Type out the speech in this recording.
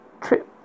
trip